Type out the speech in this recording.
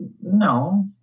no